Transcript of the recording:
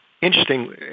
interesting